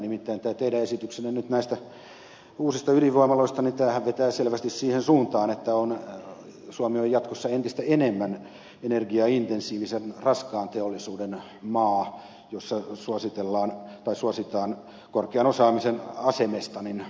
nimittäin tämä teidän esityksenne nyt näistä uusista ydinvoimaloista vetää selvästi siihen suuntaan että suomi on jatkossa entistä enemmän energiaintensiivisen raskaan teollisuuden maa jossa suositaan korkean osaamisen asemesta bulkkiteollisuutta